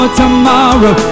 tomorrow